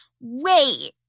wait